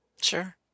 Sure